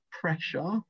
pressure